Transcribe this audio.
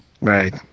Right